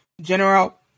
general